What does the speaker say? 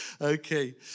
Okay